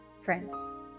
friends